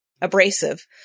abrasive